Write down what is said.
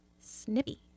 snippy